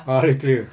ah boleh clear